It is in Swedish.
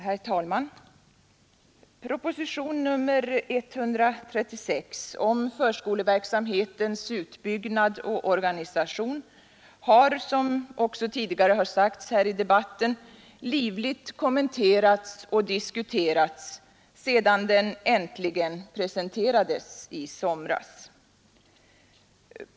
Herr talman! Propositionen 136 om förskoleverksamhetens utbyggnad och organisation har, som också sagts tidigare i denna debatt, livligt kommenterats och diskuterats sedan den äntligen presenterades i somras.